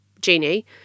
Genie